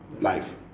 life